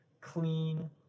clean